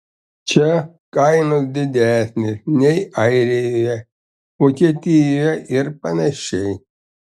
čia kainos didesnės nei airijoje vokietijoje ir panašiai